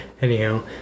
Anyhow